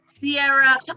Sierra